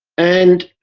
and,